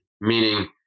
Meaning